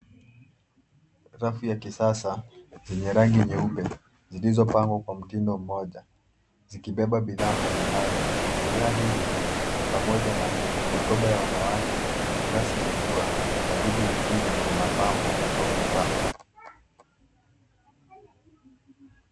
Rafu ya kisasa yenye rangi nyeupe, zilizopangwa kwa mtindo mmoja zikibeba bidhaa mbali mbali. Bidhaa hivi ni pamoja na mikoba ya wanawake, glasi za jua na vitu vingine vya mapambo au vifaa.